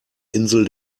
insel